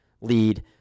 lead